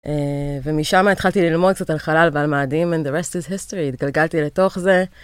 ומשם התחלתי ללמוד קצת על חלל ועל מאדים, and the rest is history, התגלגלתי לתוך זה.